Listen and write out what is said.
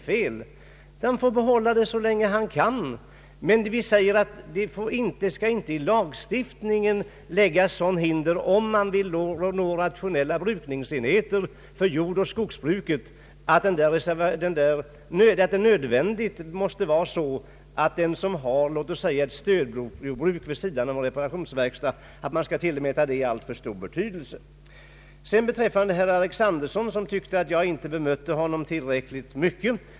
Reparatören får behålla sitt stödjordbruk så länge han kan, men lagstiftningen skall inte innebära hinder för att rationella brukningsenheter för jordoch skogsbruket kan komma till stånd. Man får inte tillmäta ett stödjordbruk vid sidan om t.ex. en reparationsverkstad alltför stor betydelse. Herr Alexanderson tyckte inte att jag bemötte honom tillräckligt.